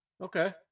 okay